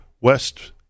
West